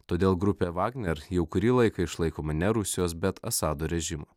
todėl grupė vagner jau kurį laiką išlaikoma ne rusijos bet asado režimo